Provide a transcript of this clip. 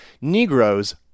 Negroes